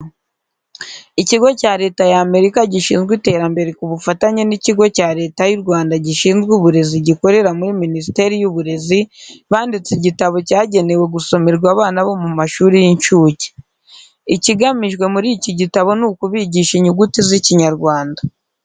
Ikigo cya Leta y'Amerika gishinzwe iterambere ku bufatanye n'ikigo cya leta y'u Rwanda gishinzwe uburezi gikorera muri Minisiteri y'Uburezi banditse igitabo cyagenewe gusomerwa abana bo mu mashuri y'incuke. Ikigamijwe muri iki gitabo ni ukubigisha inyuguti z'Ikinyarwanda.